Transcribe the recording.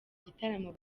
igitaramo